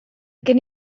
gen